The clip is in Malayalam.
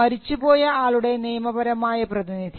മരിച്ചുപോയ ആളുടെ നിയമപരമായ പ്രതിനിധി